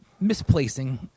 misplacing